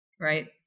right